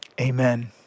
Amen